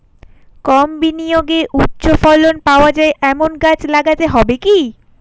কম বিনিয়োগে উচ্চ ফলন পাওয়া যায় এমন গাছ লাগাতে হবে কি?